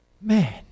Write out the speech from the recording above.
man